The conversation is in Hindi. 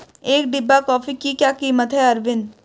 एक डिब्बा कॉफी की क्या कीमत है अरविंद?